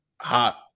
hot